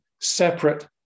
separate